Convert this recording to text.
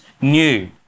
new